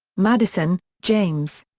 madison, james.